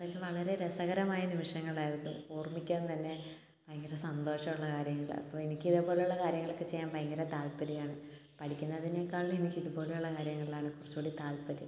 അതൊക്കെ വളരെ രസകരമായ നിമിഷങ്ങളായിരുന്നു ഓർമ്മിക്കാൻ തന്നെ ഭയങ്കര സന്തോഷമുള്ള കാര്യങ്ങൾ അപ്പോൾ എനിക്ക് ഇതേപോലെയുള്ള കാര്യങ്ങളൊക്കെ ചെയ്യാൻ ഭയങ്കര താല്പര്യമാണ് പഠിക്കുന്നതിനേക്കാൾ എനിക്ക് ഇത് പോലെയുള്ള കാര്യങ്ങളിലാണ് കുറച്ചും കൂടി താല്പര്യം